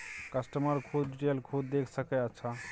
customer खुद detail खुद देख सके अच्छा